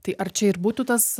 tai ar čia ir būtų tas